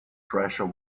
treasure